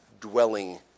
dwelling